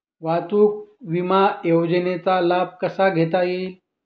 वाहतूक विमा योजनेचा लाभ कसा घेता येईल?